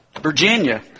Virginia